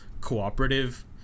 cooperative